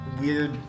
weird